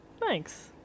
Thanks